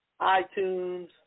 iTunes